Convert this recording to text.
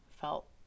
felt